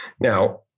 Now